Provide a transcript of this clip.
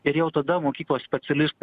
ir jau tada mokyklos specialistai